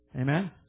Amen